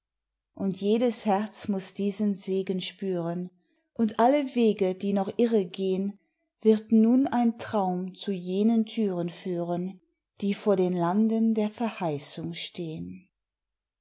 und jedes herz muß diesen segen spüren und alle wege die noch irre gehn wird nun ein traum zu jenen türen führen die vor den landen der verheißung stehn